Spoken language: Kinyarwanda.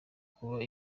kuba